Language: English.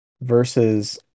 versus